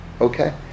Okay